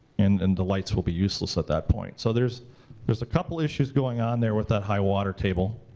and then and the lights will be useless at that point. so there's there's a couple issues going on there with that high water table.